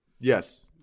Yes